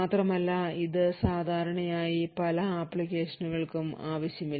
മാത്രമല്ല ഇത് സാധാരണയായി പല ആപ്ലിക്കേഷനുകൾക്കും ആവശ്യമില്ല